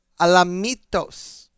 Alamitos